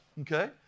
Okay